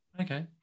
Okay